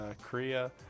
Korea